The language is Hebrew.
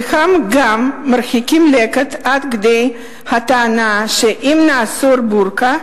חלקם גם מרחיקים לכת עד כדי הטענה שאם נאסור חבישת בורקה,